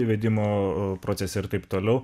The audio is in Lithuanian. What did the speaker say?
įvedimo procese ir taip toliau